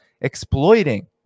exploiting